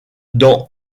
dans